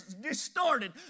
distorted